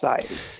society